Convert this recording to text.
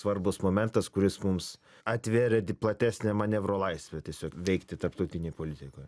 svarbus momentas kuris mums atvėrė di platesnę manevro laisvę tiesiog veikti tarptautinėj politikoj